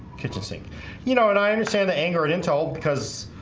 kitchen sink you know and i understand the anger it in told because